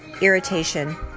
irritation